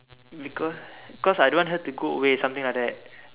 because because I don't want her to go away something like that